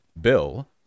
bill